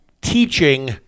teaching